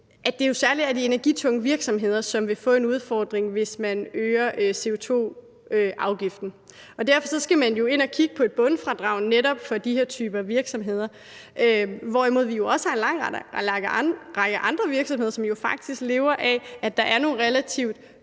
at det særlig er de energitunge virksomheder, som vil få en udfordring, hvis man øger CO₂-afgiften. Derfor skal man jo ind at kigge på et bundfradrag for netop den her type virksomheder, hvorimod vi jo også har en lang række andre virksomheder, som faktisk lever af, at der er nogle relativt